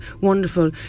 wonderful